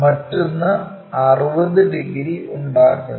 മറ്റൊന്ന് 60 ഡിഗ്രി ഉണ്ടാക്കുന്നു